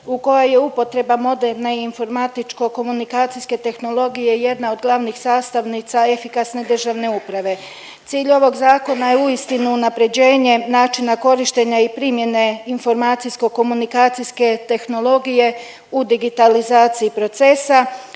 u kojoj je upotreba moderne informatičko-komunikacijske tehnologije jedna od glavnih sastavnica efikasne državne uprave. Cilj ovog zakona je uistinu unapređenje načina korištenja i primjene informacijsko-komunikacijske tehnologije u digitalizaciji procesa,